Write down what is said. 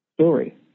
story